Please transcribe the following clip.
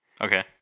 Okay